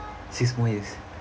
six more years